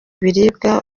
ibiribwa